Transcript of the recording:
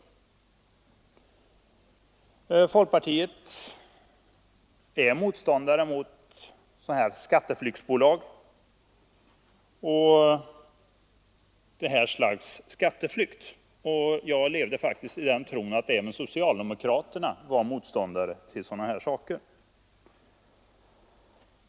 Folkpartiet är motståndare till sådana skatteflyktsbolag och detta slag av skatteflykt, och jag lever faktiskt i den tron, att även socialdemokraterna är motståndare till sådana saker.